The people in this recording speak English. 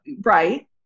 Right